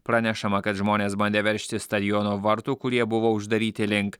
pranešama kad žmonės bandė veržtis stadiono vartų kurie buvo uždaryti link